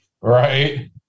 right